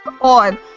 on